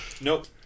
Nope